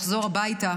ולחזור הביתה,